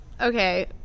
okay